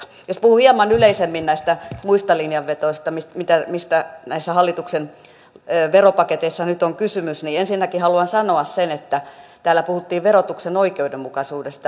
jos puhun hieman yleisemmin näistä muista linjanvedoista mistä näissä hallituksen veropaketeissa nyt on kysymys niin ensinnäkin haluan sanoa sen että täällä puhuttiin verotuksen oikeudenmukaisuudesta